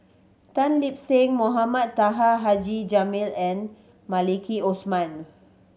Tan Lip Seng Mohamed Taha Haji Jamil and Maliki Osman